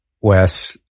Wes